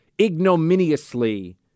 ignominiously